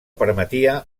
permetia